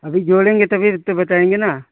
अभी जोड़ेंगे तभी तो बताएँगे ना